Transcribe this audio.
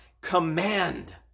command